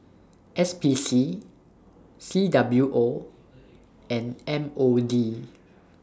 S P C C W O and M O D